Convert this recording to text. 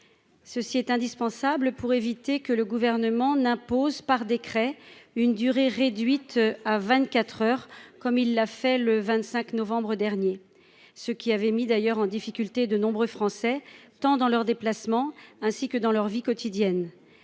ceci est indispensable pour éviter que le gouvernement n'impose par décret une durée réduite à 24 heures comme il l'a fait le 25 novembre dernier ce qui avait mis d'ailleurs en difficulté de nombreux Français, tant dans leurs déplacements, ainsi que dans leur vie quotidienne